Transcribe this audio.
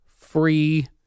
free